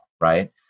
right